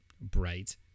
Bright